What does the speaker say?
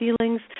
feelings